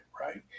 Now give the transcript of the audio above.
Right